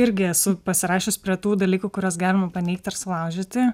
irgi esu pasirašius prie tų dalykų kuriuos galima paneigt ar sulaužyti